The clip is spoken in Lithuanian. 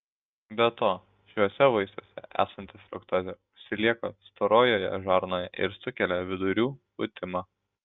be to šiuose vaisiuose esanti fruktozė užsilieka storojoje žarnoje ir sukelia vidurių pūtimą